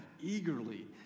eagerly